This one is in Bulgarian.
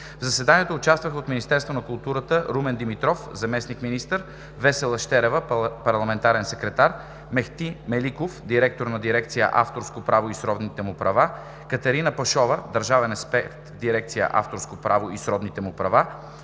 В заседанието участваха: от Министерството на културата: Румен Димитров – заместник-министър, Весела Щерева – парламентарен секретар, Мехти Меликов – директор на дирекция „Авторско право и сродните му права”, Катерина Пашова – държавен експерт в дирекция „Авторско право и сродните му права“;